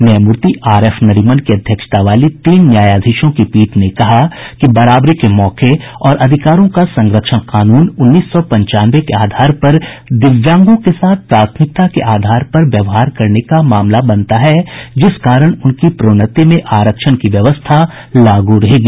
न्यायमूर्त्ति R F Nariman की अध्यक्षता वाली तीन न्यायाधीशों की पीठ ने कहा कि बराबरी के मौके और अधिकारों का संरक्षण कानून उन्नीस सौ पंचानवे के आधार पर दिव्यांगों के साथ प्राथमिकता के आधार पर व्यवहार करने का मामला बनता है जिस कारण उनकी प्रोन्नति में आरक्षण की व्यवस्था लागू रहेगी